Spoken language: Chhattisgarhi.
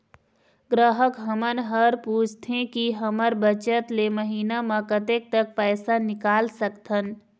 ग्राहक हमन हर पूछथें की हमर बचत ले महीना मा कतेक तक पैसा निकाल सकथन?